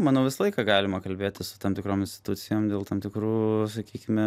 manau visą laiką galima kalbėti su tam tikrom institucijom dėl tam tikrų sakykime